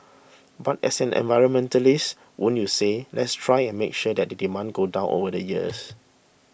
but as an environmentalist wouldn't you say let's try and make sure that the demand goes down over the years